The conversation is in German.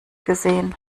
gesehen